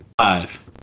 Five